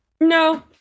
No